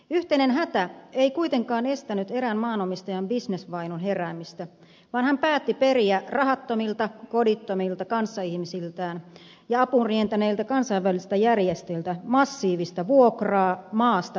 yhteinen hätä ei kuitenkaan estänyt erään maanomistajan bisnesvainun heräämistä vaan hän päätti periä rahattomilta kodittomilta kanssaihmisiltään ja apuun rientäneiltä kansainvälisiltä järjestöiltä massiivista vuokraa maasta telttojen alla